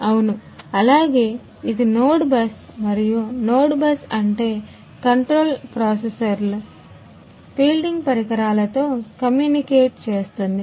అవును అలాగే ఇది నోడ్ బస్సు మరియు ఇది నోడ్ బస్సు అంటే కంట్రోల్ ప్రాసెసర్లు చేస్తుంది